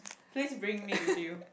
please bring me with you